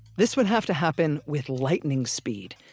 this would have to happen with lightning speed.